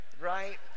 right